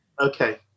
Okay